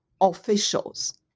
officials